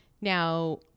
Now